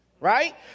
right